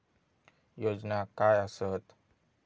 योजना काय आसत?